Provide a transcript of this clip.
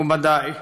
מכובדיי,